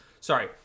sorry